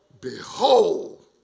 behold